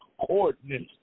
coordinates